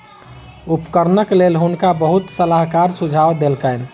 उपकरणक लेल हुनका बहुत सलाहकार सुझाव देलकैन